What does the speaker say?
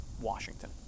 Washington